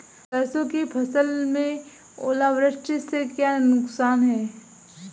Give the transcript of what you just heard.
सरसों की फसल में ओलावृष्टि से क्या नुकसान है?